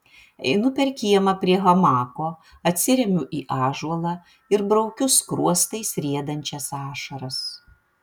einu per kiemą prie hamako atsiremiu į ąžuolą ir braukiu skruostais riedančias ašaras